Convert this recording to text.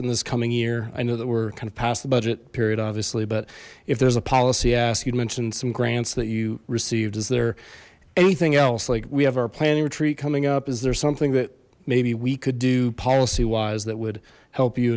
in this coming year i know that we're kind of past the budget period obviously but if there's a policy asked you mentioned some grants that you received is there anything else like we have our planning retreat coming up is there something that maybe we could do policy wise that would help you